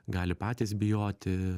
gali patys bijoti